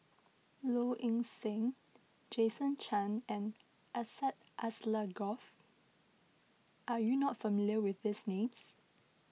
Low Ing Sing Jason Chan and Syed Alsagoff are you not familiar with these names